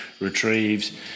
retrieves